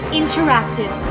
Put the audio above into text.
interactive